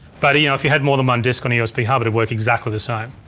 but you know if you had more than one disk on usb hub work exactly the same.